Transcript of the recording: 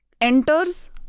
Enters